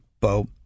Bo